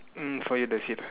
mm for you that's it